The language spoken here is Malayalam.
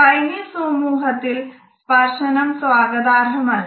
ചൈനീസ് സമൂഹത്തിൽ സ്പർശനം സ്വാഗതാർഹം അല്ല